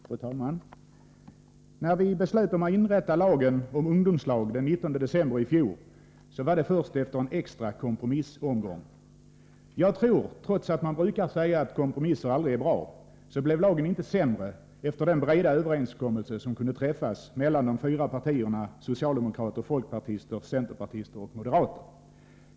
Fru talman! När vi beslöt om att införa lagen om ungdomslag den 19 december i fjol, skedde det efter en extra kompromissomgång. Trots att man brukar säga att kompromisser aldrig är bra, olev lagen inte sämre efter den breda överenskommelse som kunde träffas mellan de fyra partierna: socialdemokraterna, folkpartiet, centern och moderaterna.